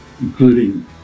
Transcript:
including